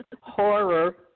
Horror